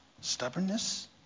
Stubbornness